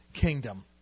kingdom